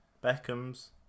Beckham's